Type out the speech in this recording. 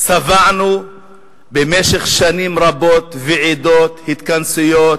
שבענו במשך שנים רבות ועידות, התכנסויות,